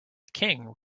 king